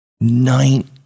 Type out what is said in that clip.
Nine